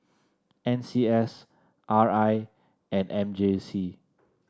N C S R I and M J C